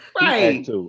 Right